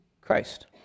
Christ